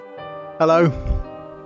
Hello